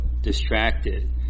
distracted